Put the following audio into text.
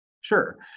sure